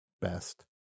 best